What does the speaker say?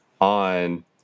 on